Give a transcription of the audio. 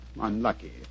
unlucky